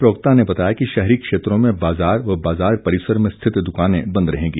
प्रवक्ता ने बताया कि शहरी क्षेत्रों में बाजार व बाजार परिसर में स्थित दुकानें बंद रहेंगी